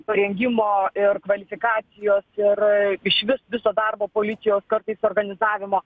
parengimo ir kvalifikacijos ir išvis viso darbo policijos kartais organizavimo